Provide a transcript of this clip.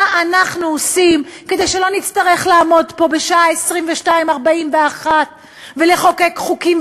מה אנחנו עושים כדי שלא נצטרך לעמוד פה בשעה 22:41 ולחוקק חוקים,